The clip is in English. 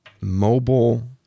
mobile